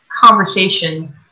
conversation